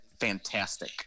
fantastic